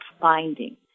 finding